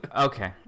Okay